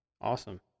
Awesome